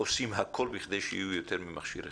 עושים הכול כדי שיהיה יותר ממכשיר אחד.